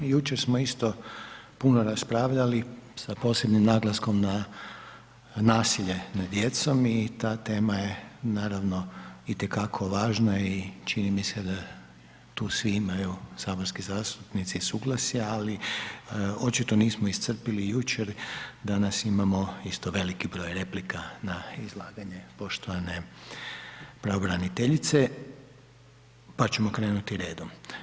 Evo jučer smo isto puno raspravljali sa posebnim naglaskom na nasilje nad djecom i ta tema je naravno i te kako važna i čini mi se da tu svi imaju, saborski zastupnici suglasja ali očito nismo iscrpili jučer, danas imamo isto veliki broj replika na izlaganje poštovane pravobraniteljice, pa ćemo krenuti redom.